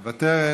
מוותרת,